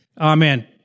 Amen